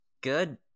good